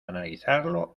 analizarlo